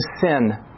sin